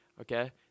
okay